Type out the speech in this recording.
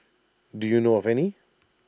do you know of any